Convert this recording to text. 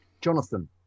Jonathan